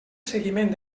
seguiment